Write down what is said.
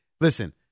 Listen